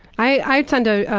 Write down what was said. i tend to,